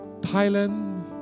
Thailand